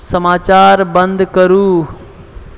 समाचार बंद करु